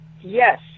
Yes